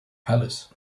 palace